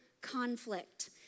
conflict